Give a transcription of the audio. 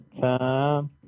time